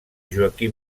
joaquim